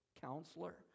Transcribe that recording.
Counselor